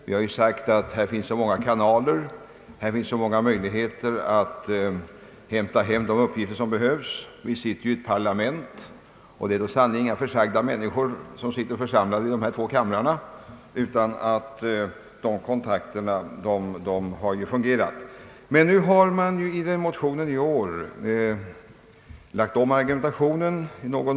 Vi har sagt att det redan finns så många informationskanaler och så många möjligheter att få till stånd de upplysningar som behövs. Vi sitter ju i ett parlament, och det är i sanning inga försagda personer som sitter församlade i dessa båda kamrar. Vi har ansett att de kontakter som finns har fungerat tillfredsställande. I motionen i år har man i någon mån lagt om argumentationen.